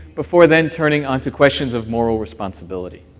before then turning onto questions of moral responsibility.